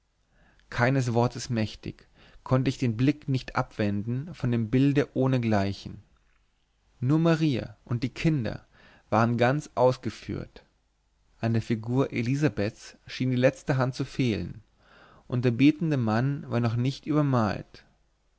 keines wortes mächtig konnte ich den blick nicht abwenden von dem bilde ohnegleichen nur maria und die kinder waren ganz ausgeführt an der figur elisabeths schien die letzte hand zu fehlen und der betende mann war noch nicht übermalt